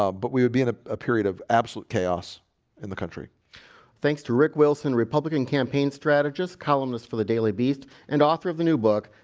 um but we would be in a period of absolute chaos in the country thanks to rick wilson republican campaign strategist columnist for the daily beast and author of the new book.